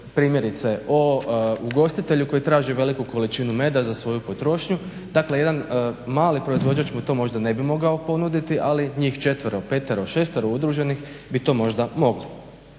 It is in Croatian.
primjerice o ugostitelju koji traži veliku količinu meda za svoju potrošnju, dakle jedan mali proizvođač mu to možda ne bi mogao ponuditi, ali njih 4, 5, 6 udruženih bi to možda mogli.